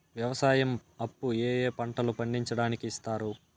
వ్యవసాయం అప్పు ఏ ఏ పంటలు పండించడానికి ఇస్తారు?